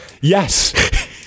Yes